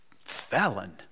felon